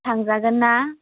थांजागोन ना